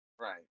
Right